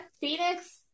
Phoenix